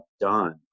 done